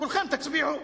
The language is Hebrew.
כולכם תצביעו,